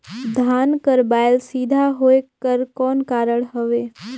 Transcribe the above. धान कर बायल सीधा होयक कर कौन कारण हवे?